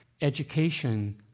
Education